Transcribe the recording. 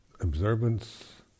observance